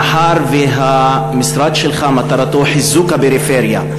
מאחר שהמשרד שלך מטרתו חיזוק הפריפריה,